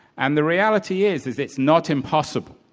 and the reality is is it's not impossible.